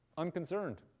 unconcerned